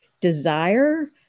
desire